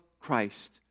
Christ